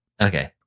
Okay